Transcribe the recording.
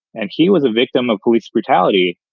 and he was a victim of police brutality.